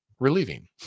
relieving